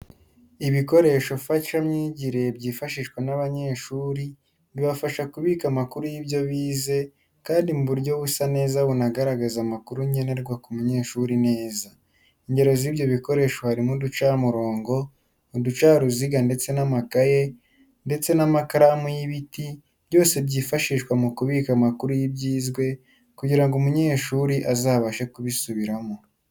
Ibikoresho mfashamyigire byifashishwa n'abanyeshuri, bibafasha kubika amakuru y'ibyo bize kandi mu buryo busa neza bunagaragaza amakuru nkenerwa ku munyeshuri neza. Ingero z'ibyo bikoresho harimo, uducamurongo, uducaruziga, ndetse n'amakaye ndetse n'amakaramu y'ibiti, byose byifashishwa mu kubika amakuru y'ibyizwe kugira ngo umunyeshuri azabashe kubisubiramo.